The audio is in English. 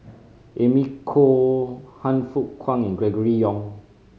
Amy Khor Han Fook Kwang and Gregory Yong